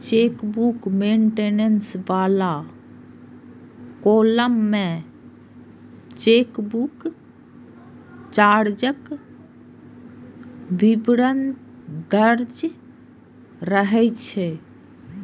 chequebook maintenance बला column मे chequebook चार्जक विवरण दर्ज रहै छै